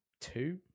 two